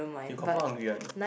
you confirm hungry [one]